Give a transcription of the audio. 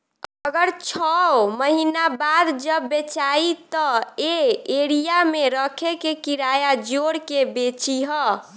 अगर छौ महीना बाद जब बेचायी त ए एरिया मे रखे के किराया जोड़ के बेची ह